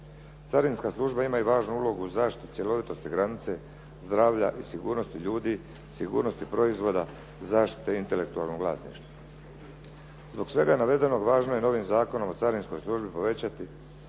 Carinska služba ima i važnu ulogu u zaštiti cjelovitosti granice, zdravlja i sigurnosti ljudi, sigurnosti proizvoda, zaštite intelektualnog vlasništva. Zbog svega navedenog, važno je novim Zakonom o carinskoj službi povećati